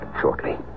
shortly